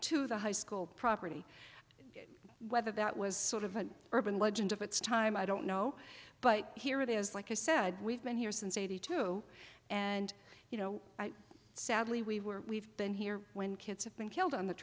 to the high school property whether that was sort of an urban legend of its time i don't know but here it is like i said we've been here since eighty two and you know sadly we were we've been here when kids have been killed on the